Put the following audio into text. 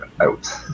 out